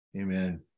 Amen